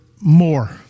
More